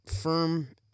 firm